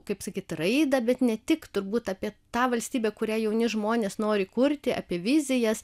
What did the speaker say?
kaip sakyt raidą bet ne tik turbūt apie tą valstybę kurią jauni žmonės nori kurti apie vizijas